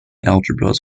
algebras